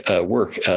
work